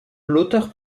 l’auteur